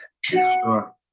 Sure